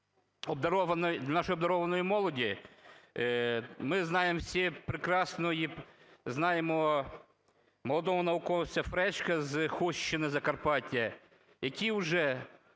для нашої обдарованої молоді, ми знаємо всі прекрасно і знаємо молодого науковця Фречка з Хустщини, Закарпаття, який уже,